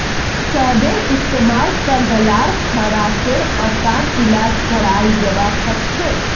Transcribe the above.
शहदेर इस्तेमाल स गल्लार खराशेर असान इलाज कराल जबा सखछे